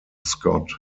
scott